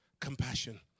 compassion